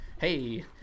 hey